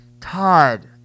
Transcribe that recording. todd